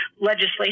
legislation